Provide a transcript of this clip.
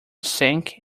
sank